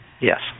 Yes